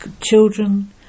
children